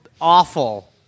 awful